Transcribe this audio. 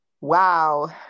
Wow